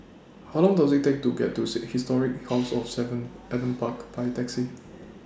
How Long Does IT Take to get to Seek Historic House of seven Adam Park By Taxi